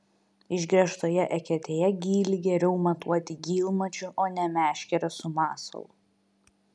išgręžtoje eketėje gylį geriau matuoti gylmačiu o ne meškere su masalu